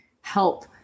help